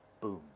Boom